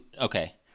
Okay